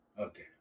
Okay